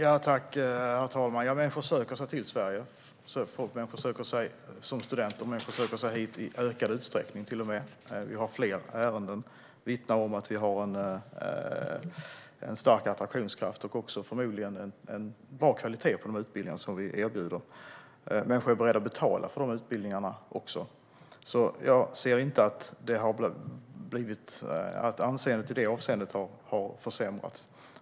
Herr talman! Ja, människor söker sig till Sverige för att studera, och de söker sig hit i ökad utsträckning. Vi har fler ärenden, vilket vittnar om att vi har en stark attraktionskraft och också förmodligen en bra kvalitet på de utbildningar som vi erbjuder. Människor är också beredda att betala för dessa utbildningar. Jag ser inte att anseendet i detta avseende har försämrats.